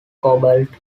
cobalt